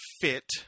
fit